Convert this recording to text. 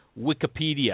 Wikipedia